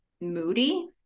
moody